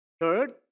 Third